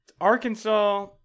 Arkansas